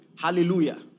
Hallelujah